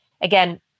again